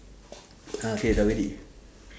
ah K